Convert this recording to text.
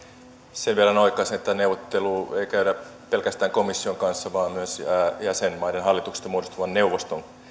sen verran oikaisen että neuvottelua ei käydä pelkästään komission kanssa vaan myös jäsenmaiden hallitusten muodostaman neuvoston